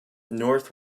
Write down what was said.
north